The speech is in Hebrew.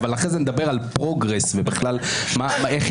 אבל אחרי זה נדבר על פרוגרס ואיך היא